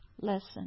lesson